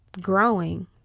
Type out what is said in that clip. growing